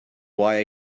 why